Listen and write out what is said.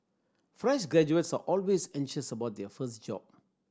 fresh graduates are always anxious about their first job